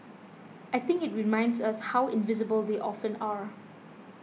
I think it reminds us how invisible they often are